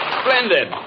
splendid